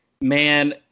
man